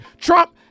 Trump